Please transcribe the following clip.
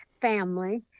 family